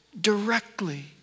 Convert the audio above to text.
directly